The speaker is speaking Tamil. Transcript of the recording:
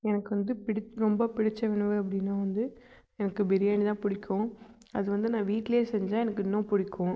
எனக்கு வந்து பிடிச் ரொம்ப பிடித்த உணவு அப்படின்னா வந்து எனக்கு பிரியாணி தான் பிடிக்கும் அது வந்து நான் வீட்டிலே செஞ்சால் எனக்கு இன்னும் பிடிக்கும்